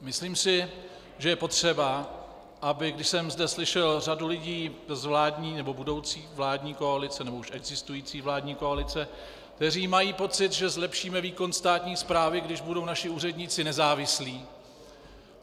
Myslím si, že je potřeba, aby když jsem zde slyšel řadu lidí z vládní nebo budoucí vládní koalice, nebo už existující vládní koalice, kteří mají pocit, že zlepšíme výkon státní správy, když budou naši úředníci nezávislí,